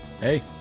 Hey